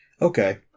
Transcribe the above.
Okay